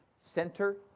center